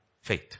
faith